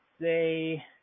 say